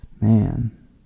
Man